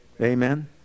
Amen